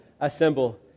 assemble